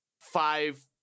five